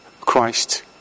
Christ